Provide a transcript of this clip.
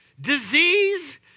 Disease